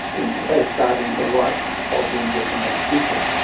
in safeguarding the rights of the indigenous people.